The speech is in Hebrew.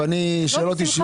שאלות אישיות.